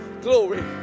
glory